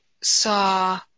saw